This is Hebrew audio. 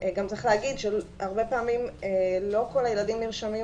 גם צריך להגיד שהרבה פעמים לא כל הילדים נרשמים